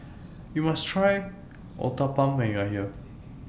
YOU must Try Uthapam when YOU Are here